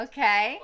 Okay